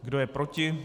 Kdo je proti?